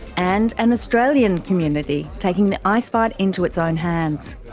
and an australian community taking the ice fight into its own hands.